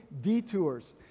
detours